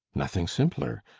nothing simpler.